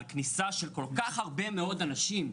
על כניסה של כל כך הרבה מאוד אנשים,